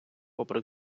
попри